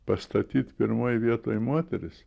pastatyt pirmoj vietoj moteris